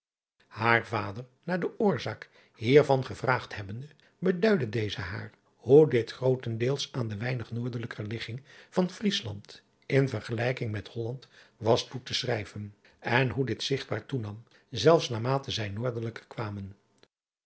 aar vader naar de oorzaak hiervan gevraagd hebbende beduidde deze haar hoe dit grootdeels aan de weinig noordelijker ligging van riesland in vergelijking met olland was toe te schrijven en hoe dit zigtbaar toenam zelfs naarmate zij noordelijker kwamen